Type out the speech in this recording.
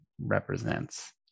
represents